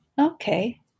Okay